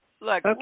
Look